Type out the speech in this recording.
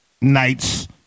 nights